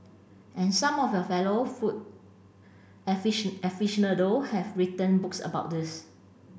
and some of your fellow food aficionado have written books about this